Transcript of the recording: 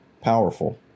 Powerful